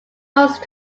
host